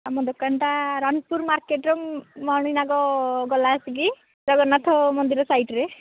ଆମ ଦୋକାନଟା ରଣପୁର ମାର୍କେଟରେ ମଣିନାଗ ଗଲା ଆସିକି ଜଗନ୍ନାଥ ମନ୍ଦିର ସାଇଡ଼୍ରେ